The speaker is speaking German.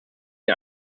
den